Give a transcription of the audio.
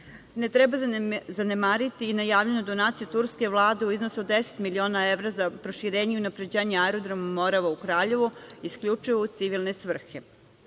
treba zanemariti ni najavljenu donaciju turske vlade u iznosu od deset miliona evra za proširenje i unapređenje aerodroma Morava u Kraljevu, isključivo u civilne